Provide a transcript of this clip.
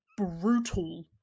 brutal